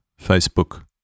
Facebook